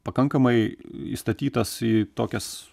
pakankamai įstatytas į tokias